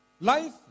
Life